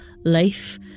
Life